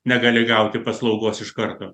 negali gauti paslaugos iš karto